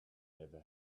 never